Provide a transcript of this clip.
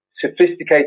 sophisticated